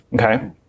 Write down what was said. Okay